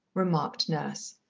remarked nurse.